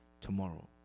tomorrow